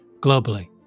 globally